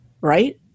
right